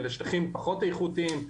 אלא שטחים פחות איכותיים,